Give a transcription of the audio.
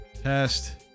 test